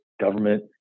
government